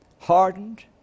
hardened